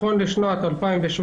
נכון לשנת 2017,